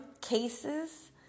cases